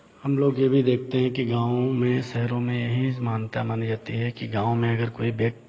हम लोग ये भी देखते हैं कि गाँव में शहरों में यही मान्यता मानी जाती है कि गाँव में अगर कोई व्यक्ति